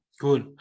Cool